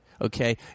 Okay